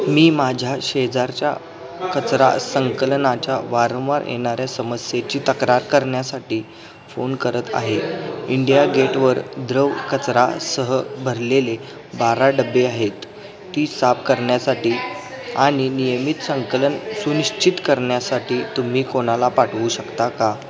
मी माझ्या शेजारच्या कचरा संकलनाच्या वारंवार येणाऱ्या समस्येची तक्रार करण्यासाठी फोन करत आहे इंडिया गेटवर द्रव कचरासह भरलेले बारा डब्बे आहेत ती साफ करण्यासाठी आणि नियमित संकलन सुनिश्चित करण्यासाठी तुम्ही कोणाला पाठवू शकता का